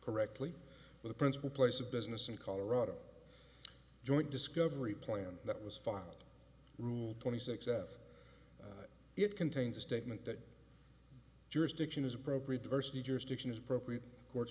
correctly the principal place of business in colorado joint discovery plan that was filed rule twenty six f it contains a statement that jurisdiction is appropriate diversity jurisdiction is appropriate courts